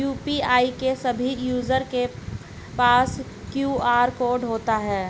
UPI के सभी user के पास क्यू.आर कोड होता है